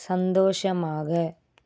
சந்தோஷமாக